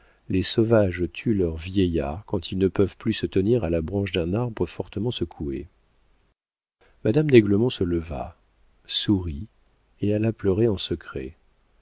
les sauvages tuent leurs vieillards quand ils ne peuvent plus se tenir à la branche d'un arbre fortement secoué madame d'aiglemont se leva sourit et alla pleurer en secret